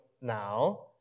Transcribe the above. now